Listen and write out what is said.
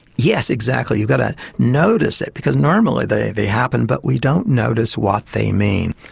yes, exactly, you've got to notice it, because normally they they happen but we don't notice what they mean.